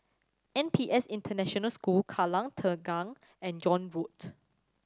N P S International School Kallang Tengah and John Road